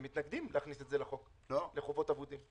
הם מתנגדים להכניס את זה לחוק חובות אבודים.